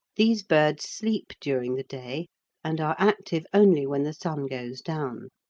these birds sleep during the day and are active only when the sun goes down.